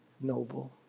noble